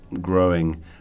growing